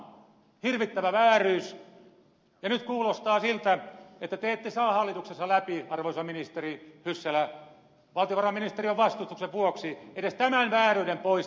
hirvittävä vääryys ja nyt kuulostaa siltä että te ette saa hallituksessa läpi arvoisa ministeri hyssälä valtiovarainministeriön vastustuksen vuoksi edes tämän vääryyden poistamista